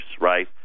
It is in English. right